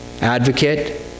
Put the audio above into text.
Advocate